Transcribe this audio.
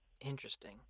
Interesting